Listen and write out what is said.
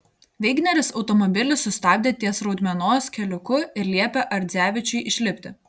veigneris automobilį sustabdė ties rudmenos keliuku ir liepė ardzevičiui išlipti